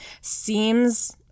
Seems